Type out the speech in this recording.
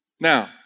Now